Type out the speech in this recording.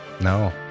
No